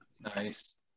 Nice